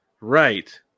Right